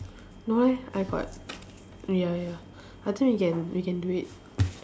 no leh I got ya ya I think we can we can do it